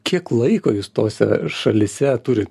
kiek laiko jūs tose šalyse turi